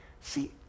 See